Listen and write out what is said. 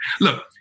Look